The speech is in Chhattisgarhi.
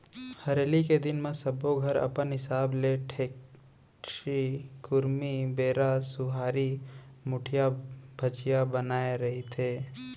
हरेली के दिन म सब्बो घर अपन हिसाब ले ठेठरी, खुरमी, बेरा, सुहारी, मुठिया, भजिया बनाए रहिथे